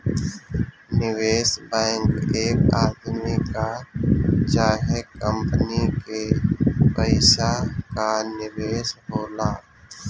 निवेश बैंक एक आदमी कअ चाहे कंपनी के पइसा कअ निवेश होला